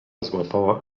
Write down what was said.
złapała